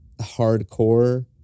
hardcore